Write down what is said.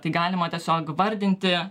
tai galima tiesiog vardinti